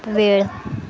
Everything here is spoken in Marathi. वेळ